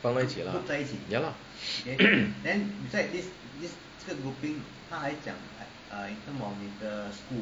放在一起 lah ya lah